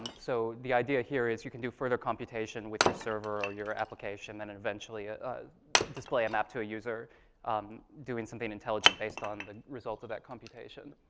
so the idea here is you can do further computation with your server or your application and eventually ah display a map to a user doing something intelligent based on the results of that computation.